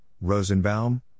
Rosenbaum